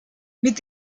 mit